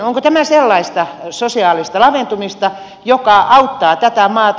onko tämä sellaista sosiaalista laventumista joka auttaa tätä maata